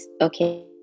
okay